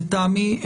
לטעמי,